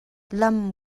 lam